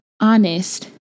honest